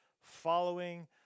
following